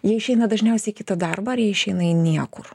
jie išeina dažniausiai į kitą darbą ar išeina į niekur